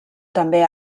també